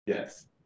yes